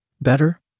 Better